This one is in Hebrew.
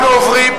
אנחנו עוברים,